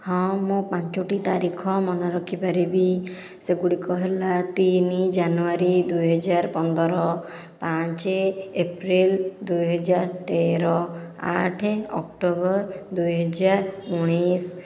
ହଁ ମୁଁ ପାଞ୍ଚୋଟି ତାରିଖ ମନେ ରଖିପାରିବି ସେଗୁଡ଼ିକ ହେଲା ତିନି ଜାନୁଆରୀ ଦୁଇହଜାର ପନ୍ଦର ପାଞ୍ଚ ଏପ୍ରିଲ ଦୁଇହଜାର ତେର ଆଠ ଅକ୍ଟୋବର ଦୁଇହଜାର ଉଣେଇଶ